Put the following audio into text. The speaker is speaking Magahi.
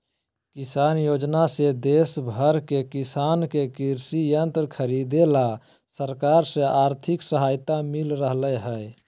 किसान योजना से देश भर के किसान के कृषि यंत्र खरीदे ला सरकार से आर्थिक सहायता मिल रहल हई